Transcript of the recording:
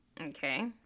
Okay